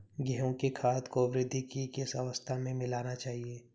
गेहूँ में खाद को वृद्धि की किस अवस्था में मिलाना चाहिए?